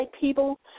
people